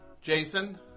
Jason